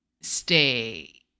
stay